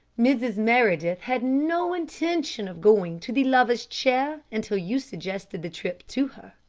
mrs. meredith had no intention of going to the lovers' chair until you suggested the trip to her,